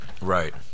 Right